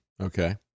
Okay